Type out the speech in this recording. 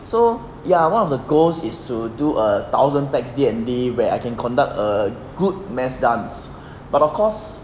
so ya one of the goals is to do a thousand tax D_N_D where I can conduct a good mass dance but of course